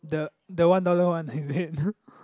the the one dollar one is it